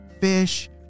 Fish